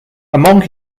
among